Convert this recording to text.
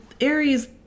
Aries